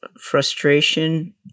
frustration